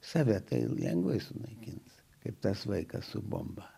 save tai lengvai sunaikins kaip tas vaikas su bomba